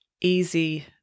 easy